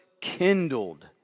kindled